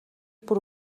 бүр